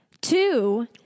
Two